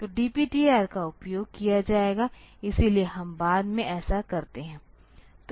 तो DPTR का उपयोग किया जाएगा इसलिए हम बाद में ऐसा करते हैं